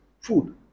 food